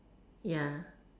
ya